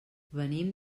venim